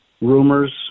Rumors